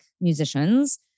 musicians